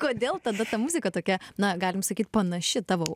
kodėl tada ta muzika tokia na galim sakyt panaši tavo